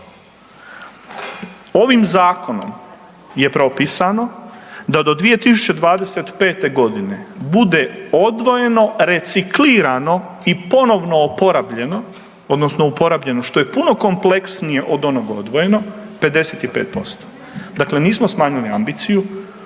Ovim zakonom je propisano da do 2025.g. bude odvojeno, reciklirano i ponovno oporavljeno odnosno uporabljeno, što je puno kompleksnije od onog odvojenog 55%, dakle nismo smanjili ambiciju,